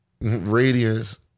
radiance